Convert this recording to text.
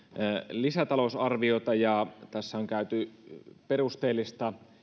lisätalousarviota ja tässä on käyty perusteellista